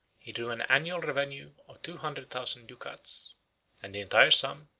he drew an annual revenue of two hundred thousand ducats and the entire sum,